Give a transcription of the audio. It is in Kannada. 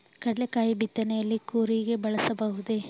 ಕಡ್ಲೆಕಾಯಿ ಬಿತ್ತನೆಯಲ್ಲಿ ಕೂರಿಗೆ ಬಳಸಬಹುದೇ?